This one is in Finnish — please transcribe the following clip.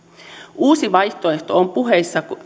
uusi vaihtoehto on